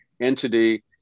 entity